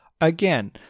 again